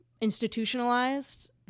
institutionalized